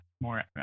more